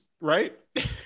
right